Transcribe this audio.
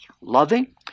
loving